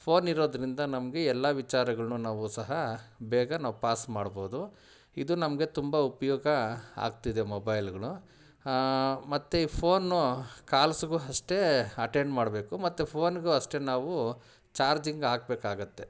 phone ಇರೋದ್ರಿಂದ ನಮಗೆ ಎಲ್ಲ ವಿಚಾರಗಳನ್ನೂ ನಾವು ಸಹ ಬೇಗ ನಾವು ಪಾಸ್ ಮಾಡ್ಬೌದು ಇದು ನಮಗೆ ತುಂಬ ಉಪಯೋಗ ಆಗ್ತಿದೆ ಮೊಬೈಲ್ಗಳು ಮತ್ತು ಈ ಫೋನು ಕಾಲ್ಸ್ಗೂ ಅಷ್ಟೇ ಅಟೆಂಡ್ ಮಾಡಬೇಕು ಮತ್ತು ಫೋನ್ಗೂ ಅಷ್ಟೇ ನಾವು ಚಾರ್ಜಿಂಗ್ ಹಾಕ್ಬೇಕಾಗತ್ತೆ